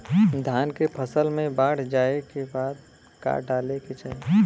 धान के फ़सल मे बाढ़ जाऐं के बाद का डाले के चाही?